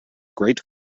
great